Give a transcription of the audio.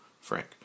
Frank